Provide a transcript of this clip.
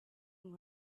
and